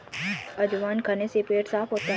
अजवाइन खाने से पेट साफ़ होता है